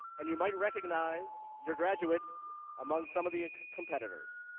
and you might recognize your graduates among some of the competitors.